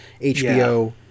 HBO